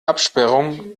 absperrung